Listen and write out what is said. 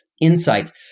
insights